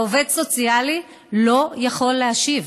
העובד הסוציאלי לא יכול להשיב.